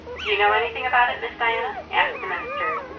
do you know anything about it, miss diana? asked the minister.